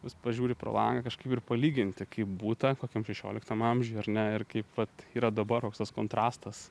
vis pažiūri pro langą kažkaip ir palyginti kaip būta kokiam šešioliktam amžiuj ar ne ir kaip vat yra dabar koks tas kontrastas